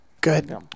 Good